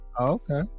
okay